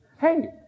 Hey